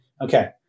Okay